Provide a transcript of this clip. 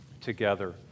together